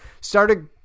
started